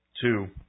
two